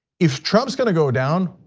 if trump's gonna go down,